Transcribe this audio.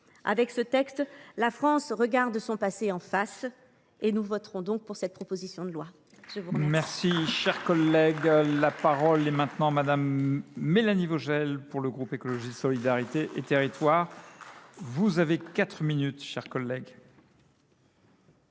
Avec ce texte, la France regarde en face son passé. Nous voterons donc pour cette proposition de loi.